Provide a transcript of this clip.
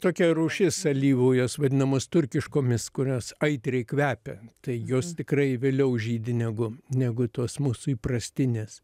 tokia rūšis alyvų jos vadinamos turkiškomis kurios aitriai kvepia tai jos tikrai vėliau žydi negu negu tos mūsų įprastinės